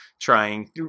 trying